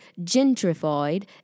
gentrified